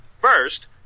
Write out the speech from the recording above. First